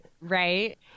right